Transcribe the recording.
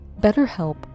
BetterHelp